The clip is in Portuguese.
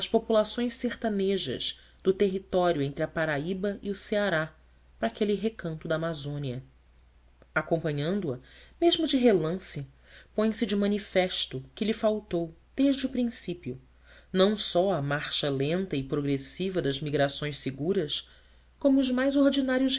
populações sertanejas do território entre a paraíba e o ceará para aquele recanto da amazônia acompanhando-a mesmo de relance põe-se de manifesto que lhe faltou desde o princípio não só a marcha lenta e progressiva das migrações seguras como os mais ordinários